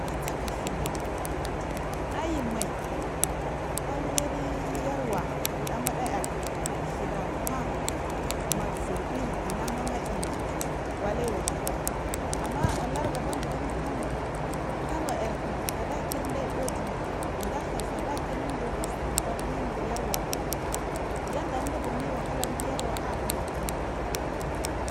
Ga gtha kasumai aimai aure yarwa wudamada ar ɗhurakwa nazirgi dinamginda aimai wallahi wahala i’ amma ulargudim aligu inukano kano yark tsadakida any udimai dathssadaki align inuyarwa mai yaw a didibur naiy wahala anudu yarwa aben imkano mai